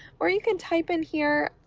or you can type in here,